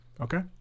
Okay